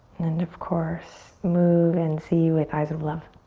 and of course, move and see with eyes of love.